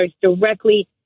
directly